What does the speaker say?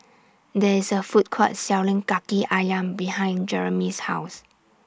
There IS A Food Court Selling Kaki Ayam behind Jeromy's House